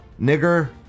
nigger